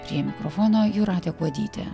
prie mikrofono jūratė kuodytė